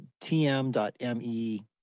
tm.me